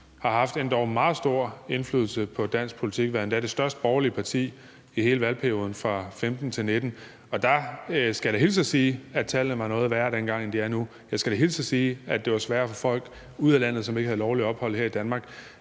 har haft en endog meget stor indflydelse på dansk politik og har endda været det største borgerlige parti i hele valgperioden fra 2015 til 2019. Der skal jeg da hilse og sige, at tallene var noget værre dengang, end de er nu. Jeg skal da hilse og sige, at det var sværere at få folk ud af landet, som ikke havde lovligt ophold her i Danmark.